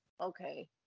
Okay